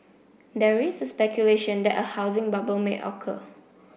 there is a speculation that a housing bubble may occur